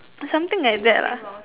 something like that lah